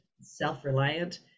self-reliant